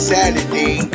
Saturday